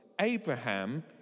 Abraham